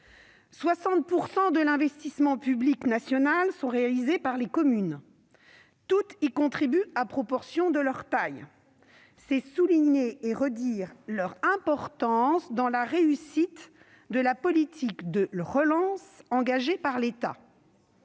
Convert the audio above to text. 60 % de l'investissement public national est réalisé par les communes : toutes y contribuent à proportion de leur taille. C'est souligner et redire leur importance dans la réussite de la politique de relance engagée par l'État.